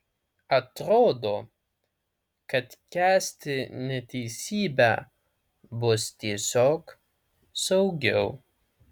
atrodo kad kęsti neteisybę bus tiesiog saugiau